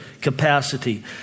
capacity